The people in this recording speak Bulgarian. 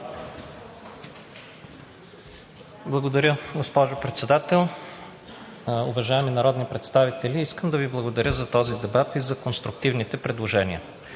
Благодаря, госпожо Председател. Уважаеми народни представители, искам да Ви благодаря за този дебат и за конструктивните предложения.